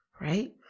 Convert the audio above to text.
right